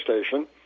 Station